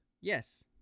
Yes